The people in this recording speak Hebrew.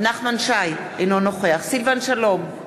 אינו נוכח סילבן שלום,